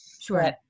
Sure